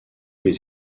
les